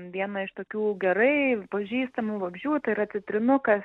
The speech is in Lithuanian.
vieną iš tokių gerai pažįstamų vabzdžių tai yra citrinukas